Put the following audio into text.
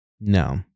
No